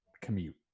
commute